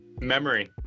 Memory